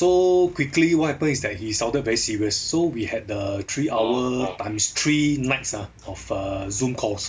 so quickly what happened is that he sounded very serious so we had the three hour times three nights ah of err zoom calls